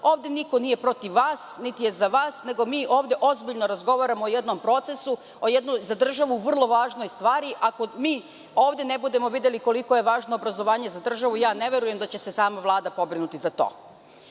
Ovde niko nije protiv vas, niti je za vas, nego mi ovde ozbiljno razgovaramo o jednom procesu, o jednoj za državu vrlo važnoj stvari. Ako mi ovde ne budemo videli koliko je važno obrazovanje za državu, ne verujem da će se sama Vlada pobrinuti za